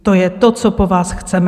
To je to, co po vás chceme.